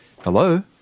Hello